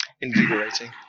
invigorating